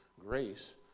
grace